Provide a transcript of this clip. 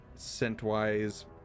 Scent-wise